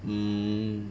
um